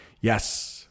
Yes